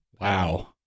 Wow